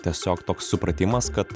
tiesiog toks supratimas kad